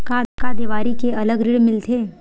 का देवारी के अलग ऋण मिलथे?